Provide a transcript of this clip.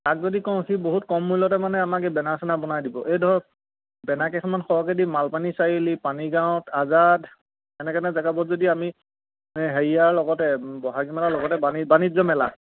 তাক যদি কওঁ সি বহুত কম মূল্যতে মানে আমাকে বেনাৰ চেনাৰ বনাই দিব এই ধৰক বেনাৰ কেইখনমান সৰহকেদি মালপানী চাৰিআলি পানীগাঁৱত আজাদ এনেকেনে জেগাবোৰত যদি আমি হেৰিয়াৰ লগতে ব'হাগী মেলাৰ লগতে বাণিজ্য মেলা